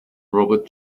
robert